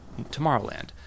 Tomorrowland